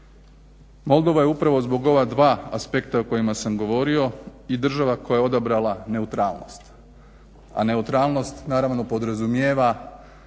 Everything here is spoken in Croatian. Moldova je upravo zbog ova dva aspekta o kojima sam govorio i država koja je odabrala neutralnost a neutralnost naravno podrazumijeva